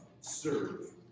serve